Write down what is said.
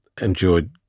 enjoyed